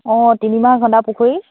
অঁ তিনিমাহ খন্দা পুখুৰী